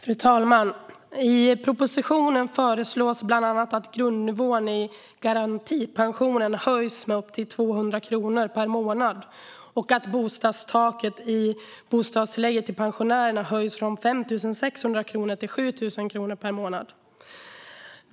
Fru talman! I propositionen föreslås bland annat att grundnivån i garantipensionen höjs med upp till 200 kronor per månad och att bostadskostnadstaket i bostadstillägget till pensionärer höjs från 5 600 kronor till 7 000 kronor per månad.